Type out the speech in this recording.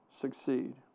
succeed